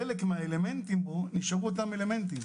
חלק מן האלמנטים בו נשארו אותם אלמנטים,